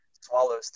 swallows